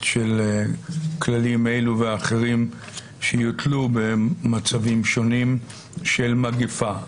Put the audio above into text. של כללים אלו ואחרים שיוטלו במצבים שונים של מגפה.